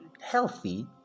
healthy